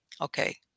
Okay